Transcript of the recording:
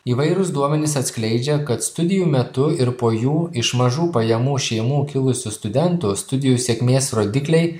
įvairūs duomenys atskleidžia kad studijų metu ir po jų iš mažų pajamų šeimų kilusių studentų studijų sėkmės rodikliai